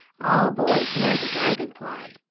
all boys know the dragon-fly.